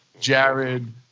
Jared